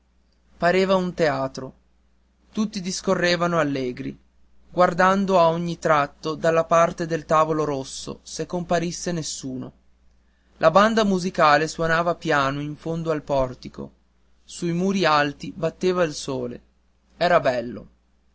pareva un teatro tutti discorrevano allegri guardando a ogni tratto dalla parte del tavolo rosso se comparisse nessuno la banda musicale suonava piano in fondo al portico sui muri alti batteva il sole era bello